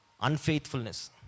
unfaithfulness